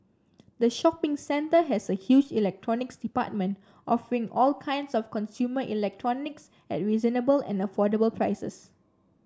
the shopping centre has a huge Electronics Department offering all kinds of consumer electronics at reasonable and affordable prices